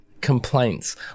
complaints